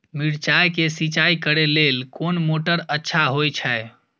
मिर्चाय के सिंचाई करे लेल कोन मोटर अच्छा होय छै?